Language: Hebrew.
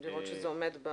כן, לראות שזה עומד ב